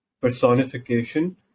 personification